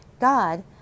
God